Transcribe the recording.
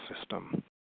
system